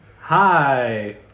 hi